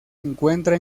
encuentra